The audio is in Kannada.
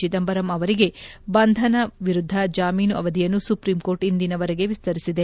ಚಿದಂಬರಂ ಅವರಿಗೆ ಬಂಧನ ವಿರುದ್ದ ಜಾಮೀನು ಅವಧಿಯನ್ನು ಸುಪ್ರೀಂ ಕೋರ್ಟ್ ಇಂದಿನವರೆಗೆ ವಿಸ್ತರಿಸಿದೆ